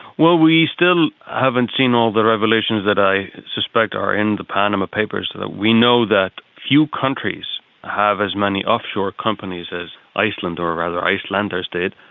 well, we still haven't seen all the revelations that i suspect are in the panama papers. we know that few countries have as many offshore companies as iceland or rather icelanders did.